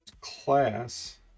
Class